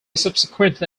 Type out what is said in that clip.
subsequently